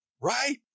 Right